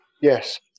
Yes